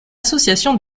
association